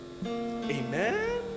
Amen